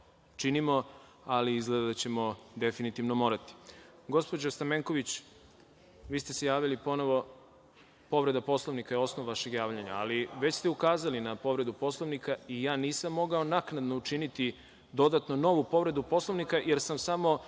činimo, ali izgleda da ćemo definitivno morati. Gospođo Stamenković, vi ste se javili ponovo. Povreda Poslovnika je osnov vašeg javljanja, ali već ste ukazali na povredu Poslovnika i ja nisam mogao naknadno učiniti dodatno novu povredu Poslovnika jer samo dao